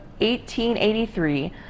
1883